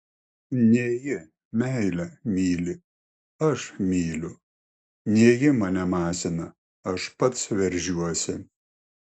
ne ji meilė myli aš myliu ne ji mane masina aš pats veržiuosi